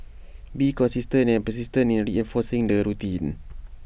be consistent and persistent in reinforcing the routine